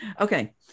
Okay